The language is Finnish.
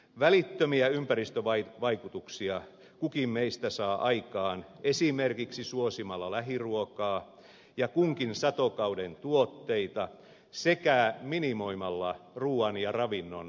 välittömiä ympäristövaikutuksia kukin meistä saa aikaan esimerkiksi suosimalla lähiruokaa ja kunkin satokauden tuotteita sekä minimoimalla ruuan ja ravinnon hävikin